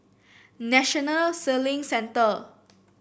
National Sailing Centre